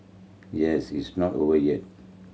yes it's not over yet